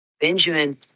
Benjamin